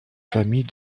famille